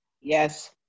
Yes